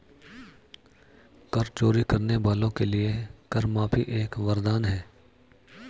कर चोरी करने वालों के लिए कर माफी एक वरदान है